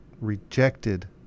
rejected